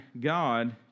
God